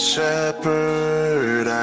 shepherd